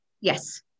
Yes